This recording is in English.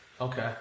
Okay